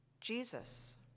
Jesus